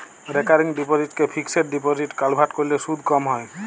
recurring ডিপসিটকে fixed ডিপসিটে convert ক্যরলে সুদ ক্যম হ্যয়